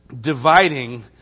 dividing